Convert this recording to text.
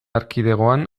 erkidegoan